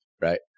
right